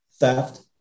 theft